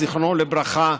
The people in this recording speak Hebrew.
זיכרונו לברכה,